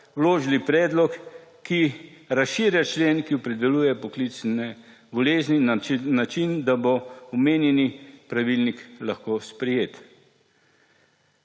vložili predlog, ki razširja člen, ki opredeljuje poklicne bolezni, na način, da bo omenjeni pravilnik lahko sprejet.